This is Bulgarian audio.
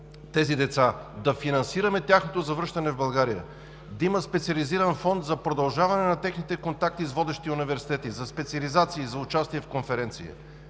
тези деца, да финансираме тяхното завръщане в България, да има специализиран фонд за продължаване на техните контакти с водещи университети за специализация и за участие в конференции?